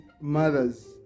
mothers